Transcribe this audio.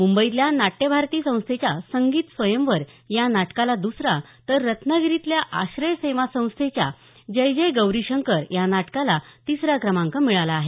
मुंबईतल्या नाट्यभारती संस्थेच्या संगीत स्वयंवर नाटकाला दुसरा तर रत्नागिरीतल्या आश्रय सेवा संस्थेच्या जय जय गौरी शंकर नाटकाला तिसरा क्रमांक मिळाला आहे